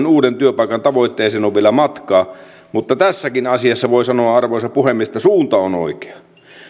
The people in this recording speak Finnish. uuden työpaikan tavoitteeseen on vielä matkaa mutta tässäkin asiassa voi sanoa arvoisa puhemies että suunta on oikea